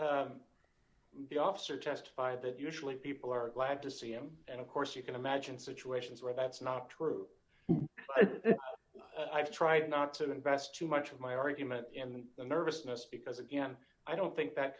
well the officer testified that usually people are glad to see him and of course you can imagine situations where that's not true and i've tried not to invest too much of my argument in the nervousness because again i don't think that